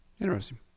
Interesting